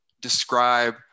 describe